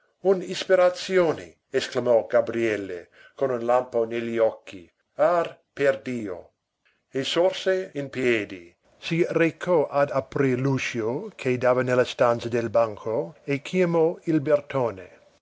un'ispirazione esclamò gabriele con un lampo negli occhi ah perdio e sorse in piedi si recò ad aprir l'uscio che dava nella stanza del banco e chiamò il bertone